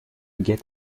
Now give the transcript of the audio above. get